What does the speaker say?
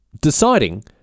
deciding